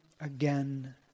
Again